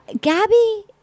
Gabby